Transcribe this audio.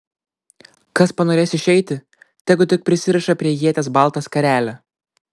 kas panorės išeiti tegu tik prisiriša prie ieties baltą skarelę